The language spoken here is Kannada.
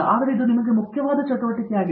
ಆದರೆ ಇದು ನಿಮಗೆ ಮುಖ್ಯವಾದ ಚಟುವಟಿಕೆಯಾಗಿದೆ